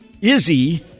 Izzy